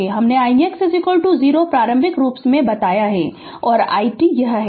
Refer Slide Time 1804 तो ix 0 0 हमने ix 0 प्रारंभिक के रूप में बताया और i t यह है